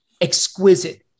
exquisite